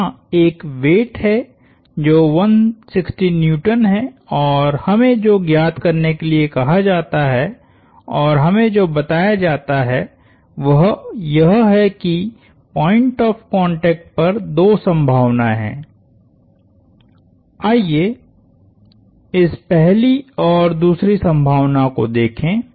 यहाँ एक वेट है जो 160N है और हमें जो ज्ञात करने के लिए कहा जाता है और हमें जो बताया जाता है वह यह है कि पॉइंट ऑफ़ कांटेक्ट पर दो संभावनाएं हैं आइए इस पहली और इस दूसरी संभावना को देखे